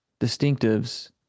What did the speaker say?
distinctives